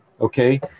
Okay